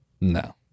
No